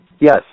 Yes